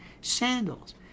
sandals